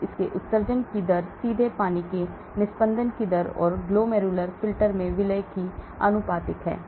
तो इसके उत्सर्जन की दर सीधे पानी के निस्पंदन की दर और ग्लोमेर्युलर फिल्टर में विलेय की आनुपातिक है